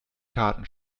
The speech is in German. karten